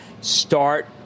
Start